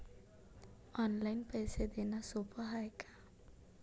Online पैसे देण सोप हाय का?